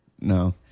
No